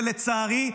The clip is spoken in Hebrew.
ולצערי,